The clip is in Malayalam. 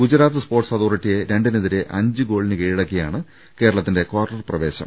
ഗുജറാത്ത് സ്പോർട്സ് അതോറിറ്റിയെ രണ്ടിനെതിരെ അഞ്ച് ഗോളിന് കീഴടക്കിയാണ് കേരളത്തിന്റെ കാർട്ടർ പ്രവേശം